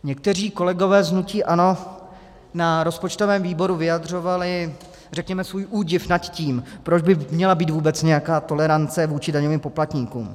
Někteří kolegové z hnutí ANO na rozpočtovém výboru vyjadřovali, řekněme, svůj údiv nad tím, proč by měla být vůbec nějaká tolerance vůči daňovým poplatníkům.